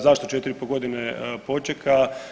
Zašto 4,5 godine počeka?